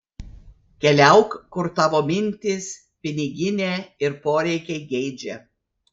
keliauk kur tavo mintys piniginė ir poreikiai geidžia